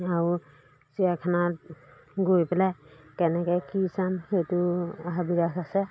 আৰু চিৰিয়াখানাত গৈ পেলাই কেনেকৈ কি চাম সেইটো আছে